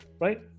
right